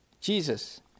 Jesus